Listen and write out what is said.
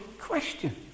question